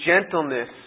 gentleness